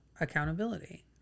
accountability